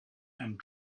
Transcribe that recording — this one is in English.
and